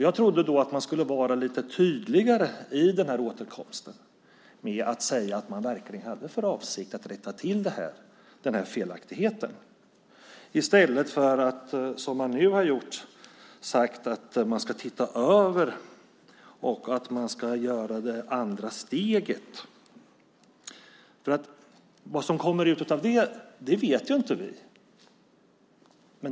Jag trodde då att man skulle vara lite tydligare i den återkomsten med att säga att man verkligen hade för avsikt att rätta till den här felaktigheten i stället för att säga, som man nu har gjort, att man ska titta över och göra det andra steget. Vad som kommer ut av det vet inte vi.